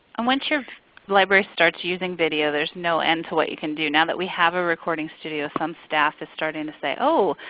um once your library starts using video there's no end to what you can do. now that we have a recording studio some staff is starting to say, oh,